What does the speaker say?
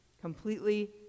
completely